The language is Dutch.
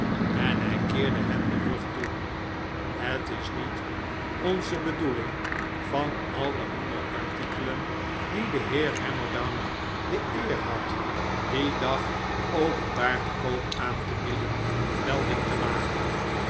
en hij keerde hen den rug toe het is niet onze bedoeling van al de andere artikelen die de heer hammerdown de eer had dien dag openbaar te koop aan te bieden melding te maken